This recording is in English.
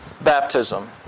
baptism